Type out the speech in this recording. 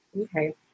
Okay